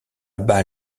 bas